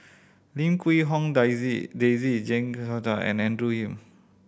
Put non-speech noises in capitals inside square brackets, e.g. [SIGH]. Lim Quee Hong Daisy Daisy Jek [UNINTELLIGIBLE] Thong and Andrew Yip